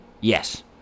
Yes